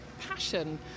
passion